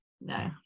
no